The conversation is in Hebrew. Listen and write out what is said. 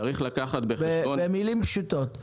במילים פשוטות,